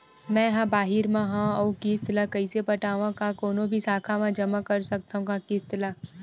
मैं हा बाहिर मा हाव आऊ किस्त ला कइसे पटावव, का कोनो भी शाखा मा जमा कर सकथव का किस्त ला?